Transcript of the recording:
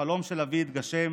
החלום של אבי התגשם,